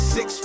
Six